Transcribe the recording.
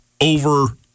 over